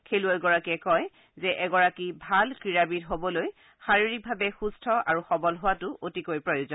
খেলুৱৈগৰাকীয়ে কয় যে এগৰাকী ভাল ক্ৰীড়াবিদ হবলৈ শাৰীৰিকভাৱে সুস্থ আৰু সৱল হোৱাটো অতিকৈ প্ৰয়োজন